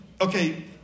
okay